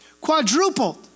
quadrupled